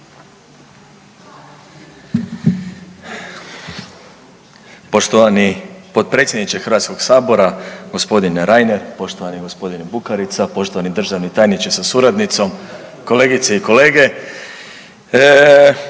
Poštovani potpredsjedniče Hrvatskog sabora gospodine Reiner, poštovani gospodine Bukarica, poštovani državni tajniče sa suradnicom, kolegice i kolege,